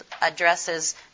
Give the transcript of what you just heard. addresses